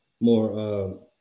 more